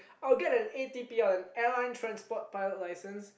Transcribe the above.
I'll get an A_T_P_L an airline transport pilot license